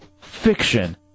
fiction